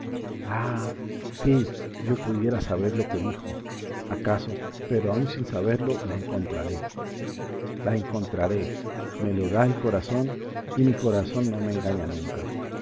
si yo pudiera saber lo que dijo acaso pero aun sin saberlo la encontraré la encontraré me lo da el corazón y mi corazón no me engaña nunca